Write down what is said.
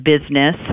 business